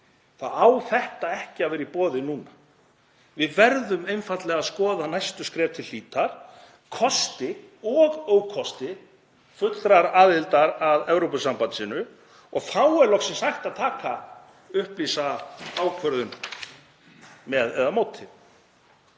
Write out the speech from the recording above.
þá á þetta ekki að vera í boði núna. Við verðum einfaldlega að skoða næstu skref til hlítar, kosti og ókosti fullrar aðildar að Evrópusambandinu og þá er loksins hægt að taka upplýsa ákvörðun með eða móti.